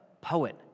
poet